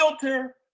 filter